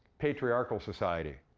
patriarchal society,